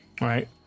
right